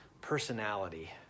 personality